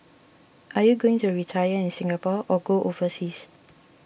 are you going to retire in Singapore or go overseas